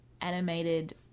animated